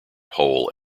whole